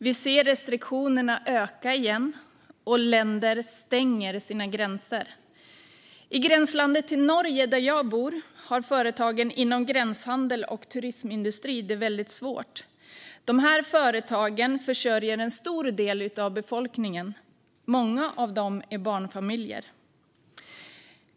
Vi ser att antalet restriktioner ökar igen, och länder stänger sina gränser. I gränslandet till Norge där jag bor har företagen inom gränshandel och turismindustri det väldigt svårt. De här företagen försörjer en stor del av befolkningen, varav många är barnfamiljer.